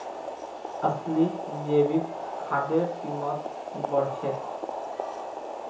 असली जैविक खादेर कीमत बढ़ छेक